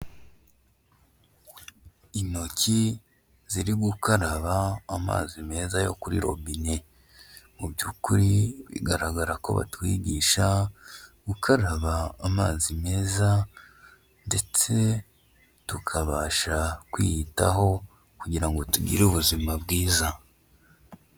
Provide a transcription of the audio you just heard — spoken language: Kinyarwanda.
Intoki ziri gukaraba amazi meza yo kuri robine, mu by'ukuri bigaragara ko batwigisha gukaraba amazi meza ndetse tukabasha kwiyitaho kugira ngo tugire ubuzima bwiza.